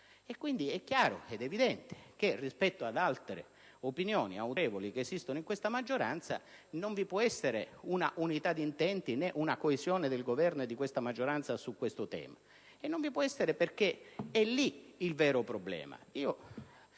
fiscale. È chiaro ed evidente che, rispetto ad altre opinioni autorevoli esistenti in questa maggioranza, non vi può essere un'unità di intenti né una coesione del Governo e di questa maggioranza su questo tema. Non può esservi, perché è lì il vero problema.